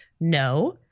no